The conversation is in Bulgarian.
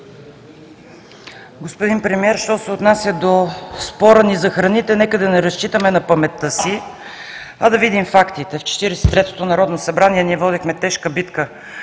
Господин Премиер, що се отнася до спора ни за храните, нека да не разчитаме на паметта си, а да видим фактите. В Четиридесет и третото народно събрание ние водихме тежка битка